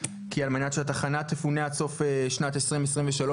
כי על מנת שהתחנה תופנה עד סוף שנת 2023,